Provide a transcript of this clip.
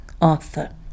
Arthur